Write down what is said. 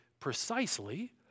precisely